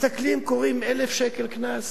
מסתכלים וקוראים: 1,000 שקל קנס.